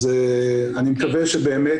אז אני מקווה שבאמת,